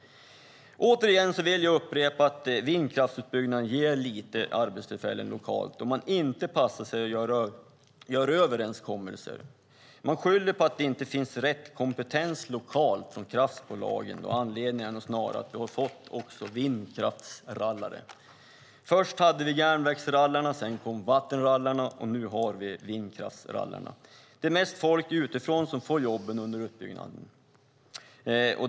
Jag vill upprepa att vindkraftsutbyggnaden ger få arbetstillfällen lokalt om man inte gör överenskommelser. Man skyller från kraftbolagen på att det inte finns rätt kompetens lokalt, men anledningen är nog snarare att vi har fått vindkraftsrallare. Först hade vi järnvägsrallarna, sedan kom vattenrallarna och nu har vi vindkraftsrallarna. Det är mest folk utifrån som får jobben under uppbyggnaden.